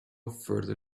further